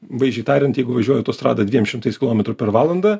vaizdžiai tariant jeigu važiuoji autostrada dviem šimtais kilometrų per valandą